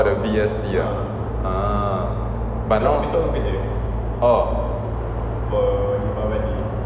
oh the V_S_C ah